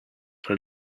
for